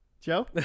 joe